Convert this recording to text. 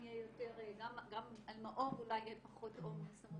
גם על מאו"ר אולי יהיה פחות עומס.